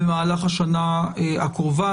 במהלך השנה הקרובה.